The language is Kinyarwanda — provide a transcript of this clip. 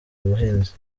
ubuhinzi